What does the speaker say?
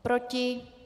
Proti?